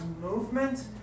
movement